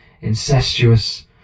incestuous